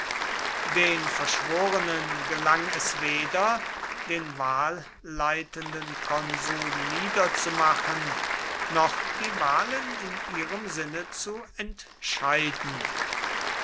den verschworenen gelang es weder den wahlleitenden konsul niederzumachen noch die wahlen in ihrem sinne zu entscheiden